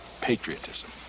patriotism